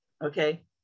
Okay